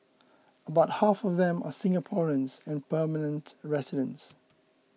about half of them are Singaporeans and permanent residents